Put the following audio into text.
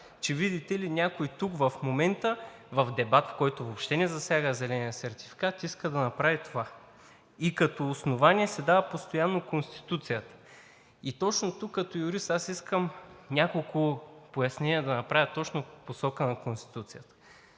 че видите ли, някой тук в момента, в дебат, който въобще не засяга зеления сертификат, иска да направи това и като основание се дава постоянно Конституцията. И точно тук като юрист искам да направя няколко пояснения точно в посока на Конституцията.